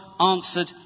answered